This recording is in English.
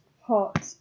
hot